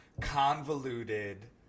convoluted